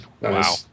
Wow